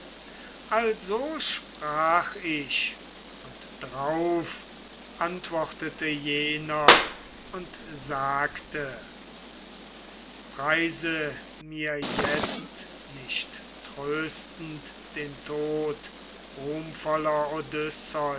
also sprach ich und drauf antwortete jener und sagte preise mir jetzt nicht tröstend den tod ruhmvoller